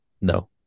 No